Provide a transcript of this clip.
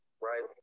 right